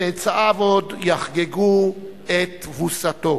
צאצאיו עוד יחגגו את תבוסתו.